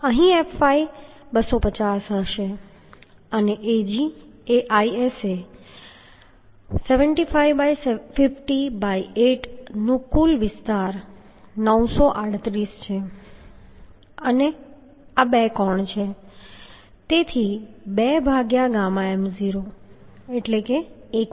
તેથી fy 250 હશે અને Ag એ ISA 75 ✕ 50 ✕ 8 નું કુલ વિસ્તાર 938 છે અને બે કોણ છે તેથી 2 ભાગ્યા ગામા m0 એટલે કે 1